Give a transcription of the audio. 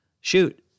Shoot